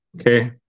Okay